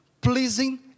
pleasing